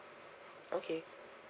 okay